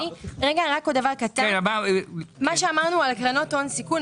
לגבי קרנות הון סיכון,